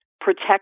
protect